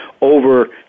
over